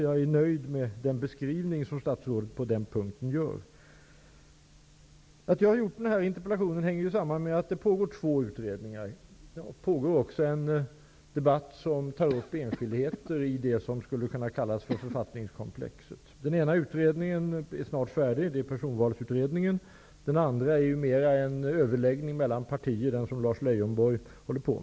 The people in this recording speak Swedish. Jag är nöjd med den beskrivning som statsrådet gör på den punkten. Att jag har ställt den här interpellationen hänger samman med att två utredningar pågår. Det pågår också en debatt som tar upp enskildheter i det som skulle kunna kallas författningskomplexet. Den ena utredningen, Personvalsutredningen, är snart färdig. Den andra är mera en överläggning mellan partier, som Lars Leijonborg ägnar sig åt.